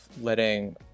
letting